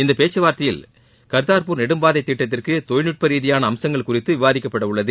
இந்தப் பேச்சுவார்த்தையில் கர்தாபூர் நெடும்பாதை திட்டத்திற்கு தொழில்நுட்ப ரீதியிலான அம்சங்கள் குறித்து விவாதிக்கப்பட உள்ளது